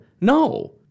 No